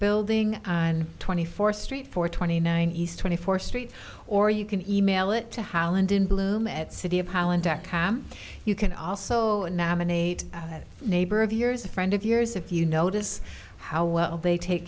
building on twenty fourth street for twenty nine east twenty fourth street or you can e mail it to holland in bloom at city of holland dot com you can also nominate a good neighbor of yours a friend of yours if you notice how well they take